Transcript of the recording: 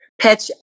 pitch